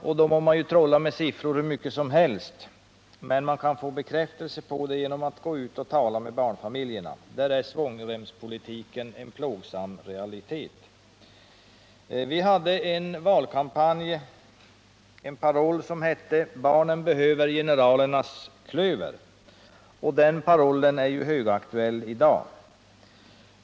Man må trolla med siffror hur mycket som helst, men man kan få bekräftelse på detta genom att gå ut och tala med barnfamiljerna. Där är svångremspolitiken en plågsam realitet. Vi hade i en valkampanj en paroll som löd: Barnen behöver generalernas klöver. Den parollen är högaktuell i dag.